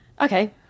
Okay